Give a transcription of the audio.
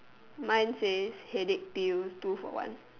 mine says headache pills two for one